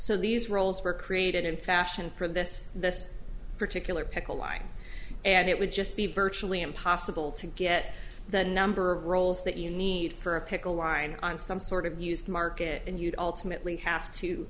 so these rolls were created in fashion for this best particular pickle line and it would just be virtually impossible to get the number of rolls that you need for a pickle line on some sort of used market and you'd alternately have to